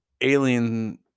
alien